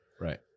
Right